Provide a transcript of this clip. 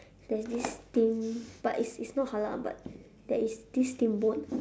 there's this steam but it it's not halal but there is this steamboat